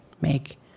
make